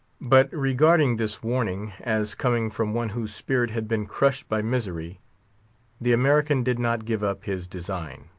but, regarding this warning as coming from one whose spirit had been crushed by misery the american did not give up his design.